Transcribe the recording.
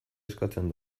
eskatzen